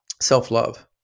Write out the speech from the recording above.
self-love